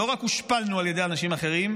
לא רק הושפלנו על ידי אנשים אחרים,